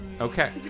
Okay